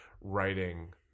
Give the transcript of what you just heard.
writing